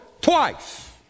twice